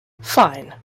fine